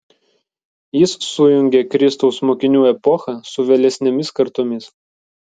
jis sujungė kristaus mokinių epochą su vėlesnėmis kartomis